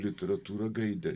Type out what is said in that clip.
literatūrą gaidį